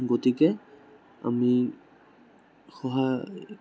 গতিকে আমি সহায়